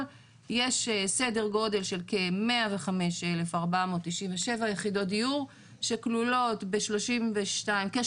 יש סדר גודל של כ- 105,497 יחידות דיור שכלולות בכ- 33,000